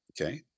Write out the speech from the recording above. Okay